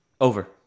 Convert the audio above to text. Over